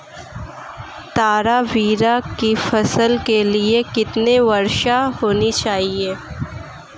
तारामीरा की फसल के लिए कितनी वर्षा होनी चाहिए?